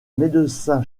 médecin